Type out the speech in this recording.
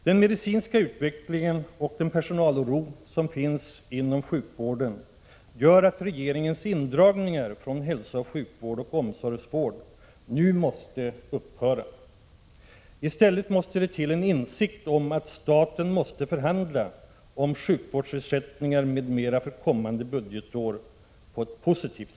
Den medicinska utvecklingen och den oro som finns bland personalen inom sjukvården gör att regeringens indragningar från hälsooch sjukvård och omsorgsvård nu måste upphöra. I stället måste det till en insikt om att staten på ett positivt sätt måste förhandla om sjukvårdsersättningar m.m. för kommande budgetår.